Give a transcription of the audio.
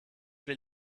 will